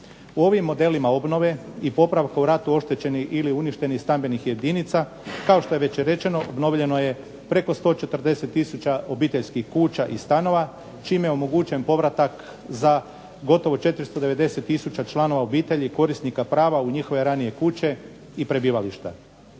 U ovim modelima obnove i popravka u ratu oštećenih ili uništenih stambenih jedinica kao što je već rečeno obnovljeno je preko 140 tisuća obiteljskih kuća i stanova, čime je omogućen povratak za gotovo 490 tisuća članova obitelji korisnika prava u njihove ranije kuće i prebivališta.